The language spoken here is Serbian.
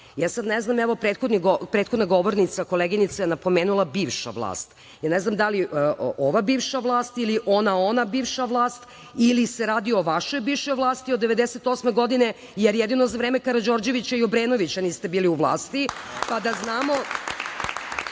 Ja sad ne znam, evo, prethodna govornica koleginica je napomenula – bivša vlast. Ne znam da li ova bivša vlast ili ona-ona bivša vlast ili se radi o vašoj bivšoj vlasti od 1998. godine, jer jedino za vreme Karađorđevića i Obrenovića niste bili u vlasti, pa da znamo